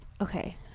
okay